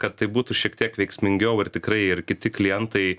kad tai būtų šiek tiek veiksmingiau ir tikrai ir kiti klientai